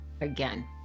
again